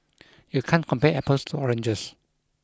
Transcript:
you can't compare apples to oranges